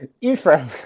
Ephraim